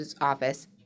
office